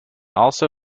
also